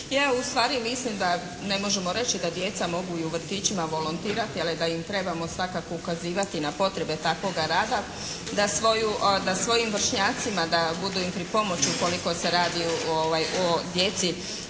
Ja ustvari mislim da ne možemo reći da djeca mogu i u vrtićima volontirati ali da im trebamo svakako ukazivati na potrebe takvoga rada da svojim vršnjacima budu im pri pomoći ukoliko se radi o djeci